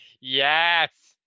yes